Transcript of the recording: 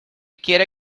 quiere